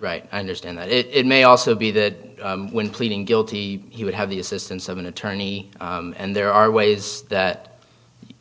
right i understand that it may also be that when pleading guilty he would have the assistance of an attorney and there are ways that